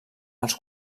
els